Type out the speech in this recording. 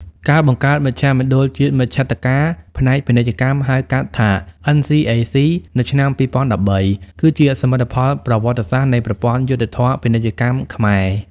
ការបង្កើតមជ្ឈមណ្ឌលជាតិមជ្ឈត្តការផ្នែកពាណិជ្ជកម្ម (ហៅកាត់ថា NCAC) នៅឆ្នាំ ២០១៣ គឺជាសមិទ្ធផលប្រវត្តិសាស្ត្រនៃប្រព័ន្ធយុត្តិធម៌ពាណិជ្ជកម្មខ្មែរ។